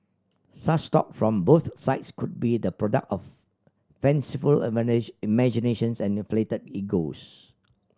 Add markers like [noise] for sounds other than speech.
such talk from both sides could be the product of fanciful [unintelligible] imaginations and inflated egos